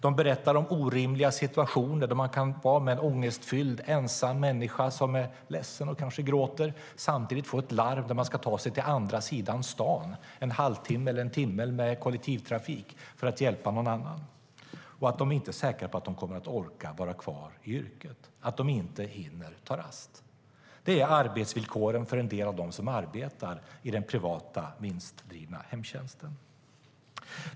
De berättar om orimliga situationer där man kan vara med en ångestfylld, ensam människa som är ledsen och kanske gråter, och samtidigt få ett larm som betyder att man ska ta sig till andra sidan stan - en halvtimme eller timme med kollektivtrafik - för att hjälpa en annan. De säger att de inte är säkra på att de kommer att orka vara kvar i yrket. De hinner inte ta rast. Det är arbetsvillkoren för en del av dem som arbetar i den privata, vinstdrivna hemtjänsten.